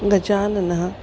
गजाननः